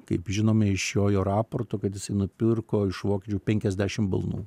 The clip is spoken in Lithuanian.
kaip žinome iš jo jo raporto kad jisai nupirko iš vokiečių penkiasdešim balnų